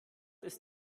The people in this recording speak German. ist